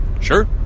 Sure